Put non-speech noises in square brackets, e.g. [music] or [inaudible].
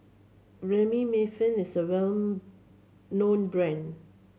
[unintelligible] is a well known brand